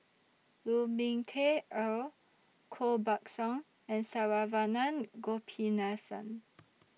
Lu Ming Teh Earl Koh Buck Song and Saravanan Gopinathan